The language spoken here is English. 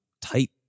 tight